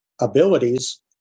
Abilities